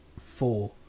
four